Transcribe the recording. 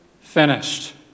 finished